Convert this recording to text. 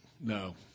No